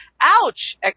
Ouch